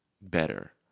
better